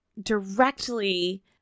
directly